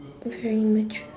very matured